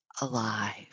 alive